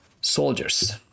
soldiers